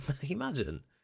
Imagine